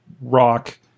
Rock